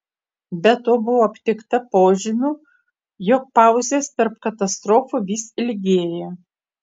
be to buvo aptikta požymių jog pauzės tarp katastrofų vis ilgėja